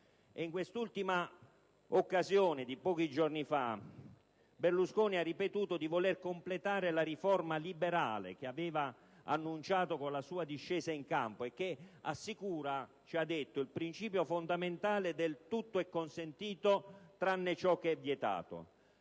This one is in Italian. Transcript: in quest'ultima occasione di pochi giorni fa, Berlusconi ha ripetuto di voler completare la riforma liberale che aveva annunciato con la sua discesa in campo e che assicura - ci ha detto - il principio fondamentale del «tutto è consentito, tranne ciò che è vietato».